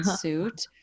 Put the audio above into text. suit